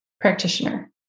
practitioner